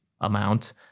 amount